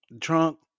Trunk